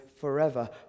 forever